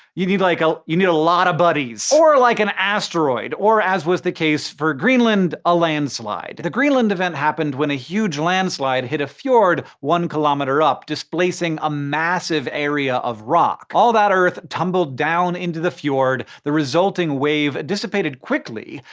you need like a you need a lot a buddies. or like an asteroid or, as was the case for greenland, a landslide. the greenland event happened when a huge landslide hit a fjord one kilometer up, displacing a massive area of rock. all that earth tumbled down into the fjord. the resulting wave dissipated quickly,